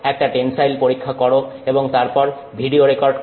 একটা টেনসাইল পরীক্ষা কর এবং তারপর ভিডিও রেকর্ড কর